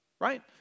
right